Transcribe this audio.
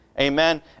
Amen